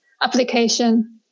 application